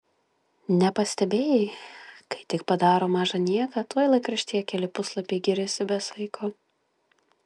nepastebėjai kai tik padaro mažą nieką tuoj laikraštyje keli puslapiai giriasi be saiko